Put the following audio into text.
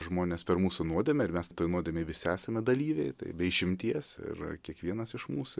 žmonės per mūsų nuodėmę ir mes toj nuodėmėj visi esame dalyviai tai be išimties ir kiekvienas iš mūsų